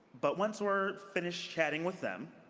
but once we're finished chatting with them,